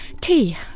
tea